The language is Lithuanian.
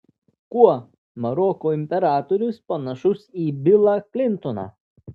kuo maroko imperatorius panašus į bilą klintoną